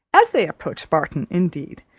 as they approached barton, indeed,